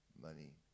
money